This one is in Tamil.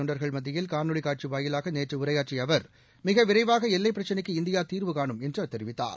தொண்டர்கள் மத்தியில் காணொலிகாட்சிவாயிலாகநேற்றுஉரையாற்றியஅவர் மிகவிரைவாகஎல்லைபிரச்சினைக்கு இந்தியாதீர்வைகாணும் என்றுஅவர் தெரிவித்தார்